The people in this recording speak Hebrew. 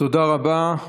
תודה רבה.